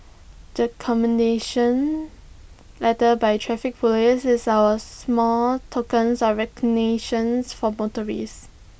the commendation letter by traffic Police is our small token of recognition for motorists